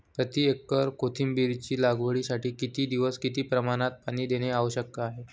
प्रति एकर कोथिंबिरीच्या लागवडीसाठी किती दिवस किती प्रमाणात पाणी देणे आवश्यक आहे?